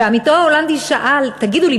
ועמיתו ההולנדי שאל: תגידו לי,